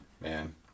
Man